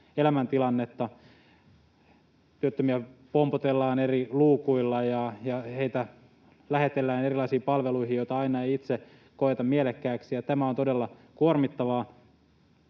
elämäntilannetta. Työttömiä pompotellaan eri luukuilla, ja heitä lähetellään erilaisiin palveluihin, joita aina ei itse koeta mielekkäiksi, ja tämä on todella kuormittavaa.